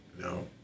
No